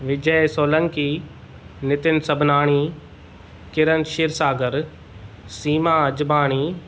Vijay Solanki Nitin Sabnani Kiran Shirsagar Seema Ajbani